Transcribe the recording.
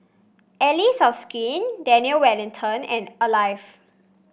Allies of Skin Daniel Wellington and Alive